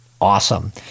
awesome